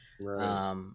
Right